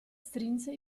strinse